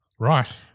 Right